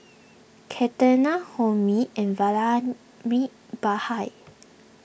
Ketna Homi and Vallabhbhai